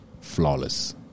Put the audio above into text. Flawless